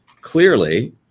clearly